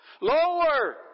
Lower